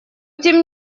тем